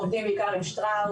אנחנו עובדים בעיקר עם שטראוס,